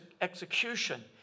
execution